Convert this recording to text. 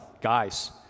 Guys